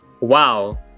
wow